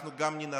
אנחנו גם ננצח,